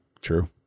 True